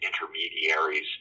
intermediaries